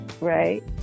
Right